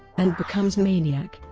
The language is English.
and becomes maniac.